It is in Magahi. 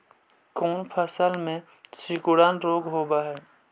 कोन फ़सल में सिकुड़न रोग होब है?